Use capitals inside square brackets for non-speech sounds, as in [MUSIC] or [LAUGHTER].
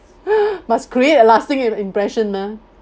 [BREATH] must create a lasting im~ impression mah